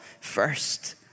first